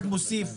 אוסיף,